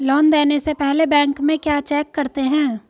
Loan देने से पहले बैंक में क्या चेक करते हैं?